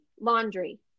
laundry